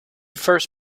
first